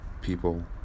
People